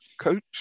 coach